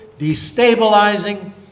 destabilizing